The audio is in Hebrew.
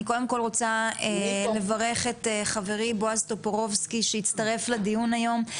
אני קודם כל רוצה לברך את חברי בועז טופורובסקי שהצטרף לדיון היום.